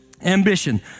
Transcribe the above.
ambition